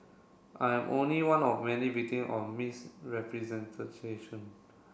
I am only one of many victim of misrepresentation